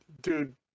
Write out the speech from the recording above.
dude